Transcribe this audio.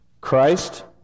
Christ